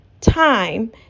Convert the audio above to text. time